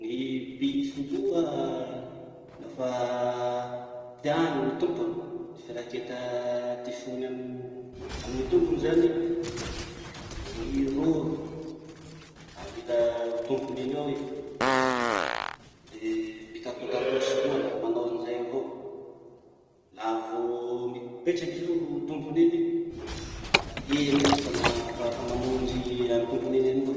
Gny piso koa lafa tiany ny tompony, ny firaketa ty fony amy amy tompony zany, miroro anila tompony iny eo i, le mitakotakosiky koa la manao anizay avao. Laha vo mipetraky zao tompony iny, la iny izy fa ma- fa fa mamonjy any tompony iny eny koa.